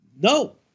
No